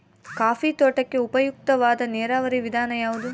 Coffee ತೋಟಕ್ಕೆ ಉಪಯುಕ್ತವಾದ ನೇರಾವರಿ ವಿಧಾನ ಯಾವುದು?